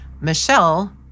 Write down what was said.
Michelle